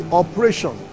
operation